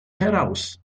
heraus